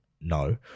no